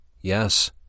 Yes